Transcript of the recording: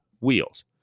wheels